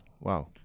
wow